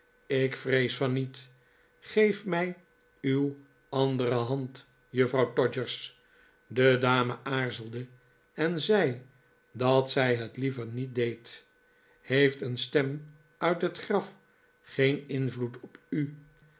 ik vrees van niet geef mij uw andere hand juffrouw todgers de dame aarzelde en zei dat zij het liever niet deed heeft een stem uit het graf geen invloed op u